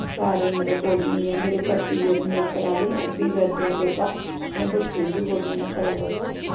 सारें गी बोलनी होन्नी आं मेरे पता जेह्ड़े मेरे घरे आह्ले न ओह् बी करदे न योगा अपने बच्चें गी बी बोलने होन्ने करो करो